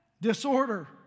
Disorder